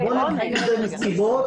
אנחנו לא מנהלים --- נבדיל בין נסיבות